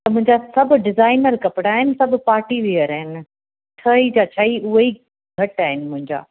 त मुंहिंजा सभु डिज़ाइनर कपिड़ा आहिनि सभु पार्टी वियर आहिनि छह जा छह ई उहे ई घटि आहिनि मुंहिंजा